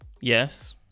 Yes